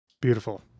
Beautiful